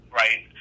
right